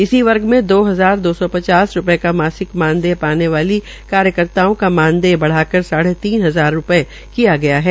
इसी वर्ग में दो हजार दो सौ पचास रूपये का मासिक मानदेय पाने वाली कार्यकर्ताओं का मानदेय बढ़ाकर साढे तीन हजार कर दिया गया है